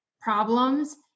problems